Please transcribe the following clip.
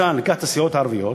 ניקח למשל את הסיעות הערביות,